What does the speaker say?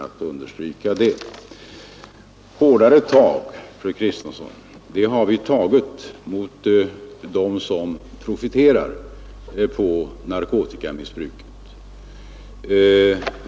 Vi har tagit hårdare tag mot dem som profiterar på narkotikamissbruket.